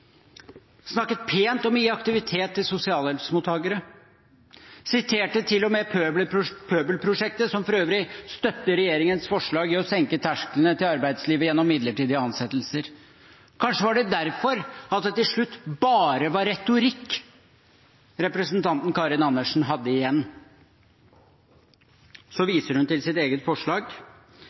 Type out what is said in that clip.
snakket pent om å gi aktivitet til sosialhjelpsmottakere, siterte til og med Pøbelprosjektet, som for øvrig støtter regjeringens forslag om å senke terskelen til arbeidslivet gjennom midlertidige ansettelser. Kanskje var det derfor at det til slutt bare var retorikk representanten Karin Andersen hadde igjen. Så viser hun til sitt eget forslag: